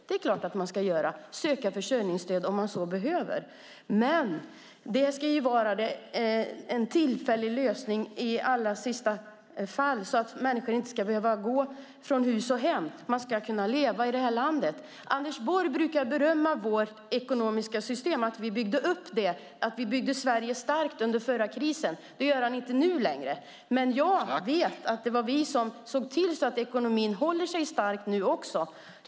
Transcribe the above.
Det är klart att de ska söka försörjningsstöd om de behöver det, men det ska vara en tillfällig lösning i allra sista hand för att människor inte ska behöva gå från hus och hem. Man ska kunna leva i det här landet. Anders Borg brukade berömma vårt ekonomiska system och säga att vi byggde upp det och byggde Sverige starkt under den förra krisen. Det gör han inte längre, men jag vet att det var vi som såg till att ekonomin håller sig stark nu också.